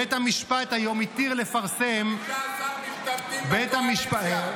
בית המשפט היום התיר לפרסם ------ משתמטים בקואליציה.